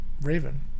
raven